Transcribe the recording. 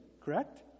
correct